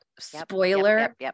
Spoiler